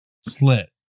slit